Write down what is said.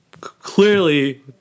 clearly